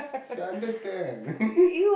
she understand